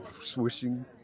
swishing